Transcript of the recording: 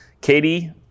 Katie